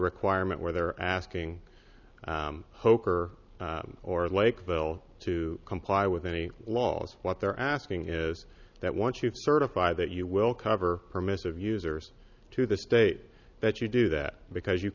requirement where they're asking hoper or lakeville to comply with any laws what they're asking is that once you certify that you will cover permissive users to the state that you do that because you